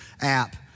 app